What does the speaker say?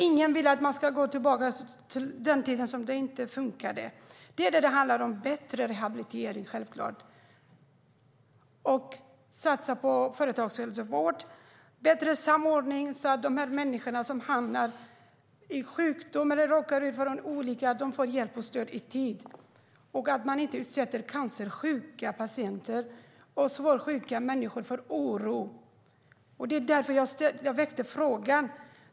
Ingen vill att vi ska gå tillbaka till tiden då det inte funkade. Det handlar självklart om bättre rehabilitering, om satsningar på företagshälsovård, om bättre samordning så att de här människorna som hamnar i sjukdom eller råkar ut för en olycka får hjälp och stöd i tid och om att man inte ska utsätta cancersjuka patienter och svårt sjuka människor för oro. Det var därför jag väckte frågan.